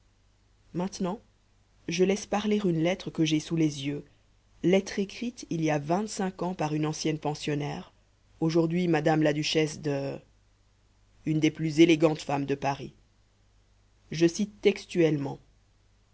maintenant je laisse parler une lettre que j'ai sous les yeux lettre écrite il y a vingt-cinq ans par une ancienne pensionnaire aujourd'hui madame la duchesse de une des plus élégantes femmes de paris je cite textuellement